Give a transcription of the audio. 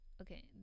okay